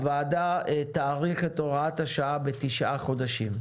הוועדה תאריך את הוראת השעה בתשעה חודשים,